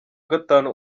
gatanu